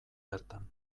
bertan